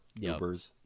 Ubers